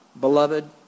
Beloved